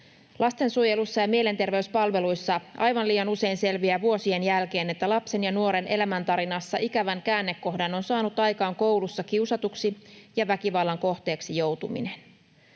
Lastensuojelussa ja mielenterveyspalveluissa aivan liian usein selviää vuosien jälkeen, että lapsen ja nuoren elämäntarinassa ikävän käännekohdan on saanut aikaan koulussa kiusatuksi ja väkivallan kohteeksi joutuminen.